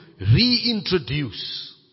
reintroduce